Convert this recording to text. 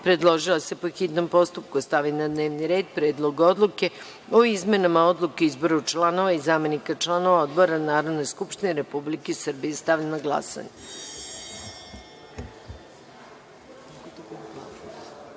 predložila je da se po hitnom postupku stavi na dnevni red Predlog odluke o izmenama Odluke o izboru članova i zamenika članova odbora Narodne skupštine Republike Srbije. Stavljam na